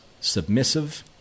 submissive